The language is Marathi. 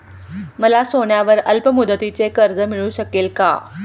मला सोन्यावर अल्पमुदतीचे कर्ज मिळू शकेल का?